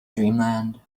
dreamland